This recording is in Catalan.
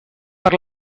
per